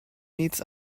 needs